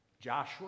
Joshua